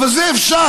אבל זה אפשרי.